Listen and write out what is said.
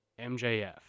MJF